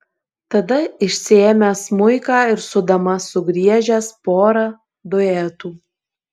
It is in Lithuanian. tada išsiėmęs smuiką ir su dama sugriežęs porą duetų